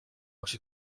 oczy